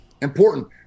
important